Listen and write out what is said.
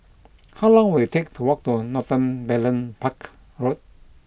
How long will it take to walk to Northumberland Parts Road